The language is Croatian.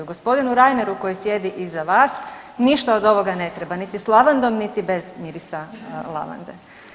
Gospodinu Reineru koji sjedi iza vas ništa od ovoga ne treba niti sa lavandom, niti bez mirisa lavande.